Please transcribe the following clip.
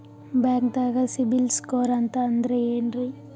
ಬ್ಯಾಂಕ್ದಾಗ ಸಿಬಿಲ್ ಸ್ಕೋರ್ ಅಂತ ಅಂದ್ರೆ ಏನ್ರೀ?